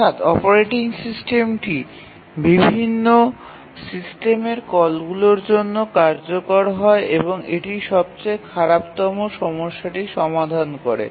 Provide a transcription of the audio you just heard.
অর্থাৎ অপারেটিং সিস্টেমটি বিভিন্ন সিস্টেমের কলগুলির জন্য কার্যকর হয় এবং এটি সবচেয়ে খারাপতম সমস্যাটি সমাধান করে